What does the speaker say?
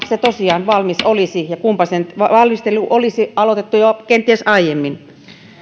se tosiaan valmis olisi ja kunpa sen valmistelu olisi aloitettu jo kenties aiemmin